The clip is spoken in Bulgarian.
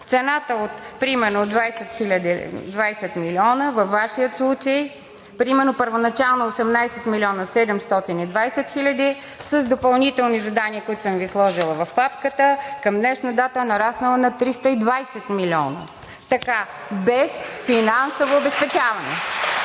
Цената от примерно 20 милиона във Вашия случай, примерно първоначално 18 милиона 720 хиляди, с допълнителни задания, които съм Ви сложила в папката, към днешна дата е нараснал на 320 милиона, без финансово обезпечаване.